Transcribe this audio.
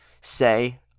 say